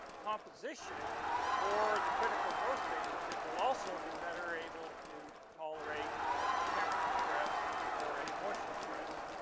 composition for the critical growth stages it will also be better able to tolerate the temperature stress or a moisture stress,